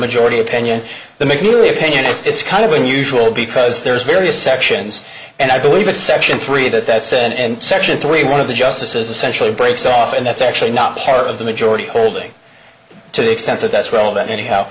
majority opinion the mcnealy opinion it's kind of unusual because there's various sections and i believe in section three that that said and section three one of the justices essentially breaks off and that's actually not part of the majority holding to the extent that that's well that anyhow